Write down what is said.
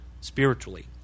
spiritually